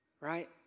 right